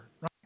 right